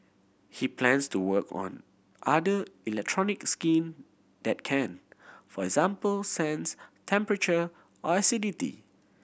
he plans to work on other electronic skin that can for example sense temperature or acidity